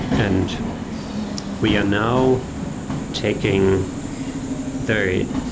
and we are now taking very